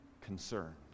concerned